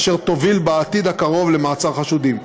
אשר תוביל בעתיד הקרוב למעצר חשודים.